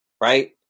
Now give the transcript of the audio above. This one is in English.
right